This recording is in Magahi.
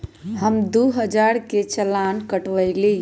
हम दु हजार के चालान कटवयली